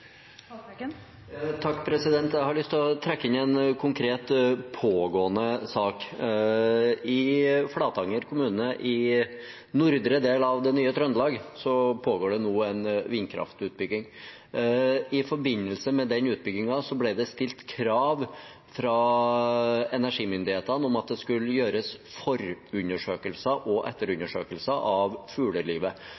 Jeg har lyst til å trekke inn en konkret, pågående sak. I Flatanger kommune, i nordre del av det nye Trøndelag, pågår det nå en vindkraftutbygging. I forbindelse med den utbyggingen ble det stilt krav fra energimyndighetene om at det skulle gjøres forundersøkelser og etterundersøkelser av fuglelivet, for